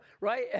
right